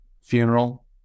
funeral